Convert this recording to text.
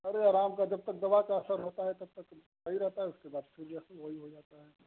अरे आराम का जब तक दवा का असर होता है तब तक तो सही रहता है उसके बाद हो जाता है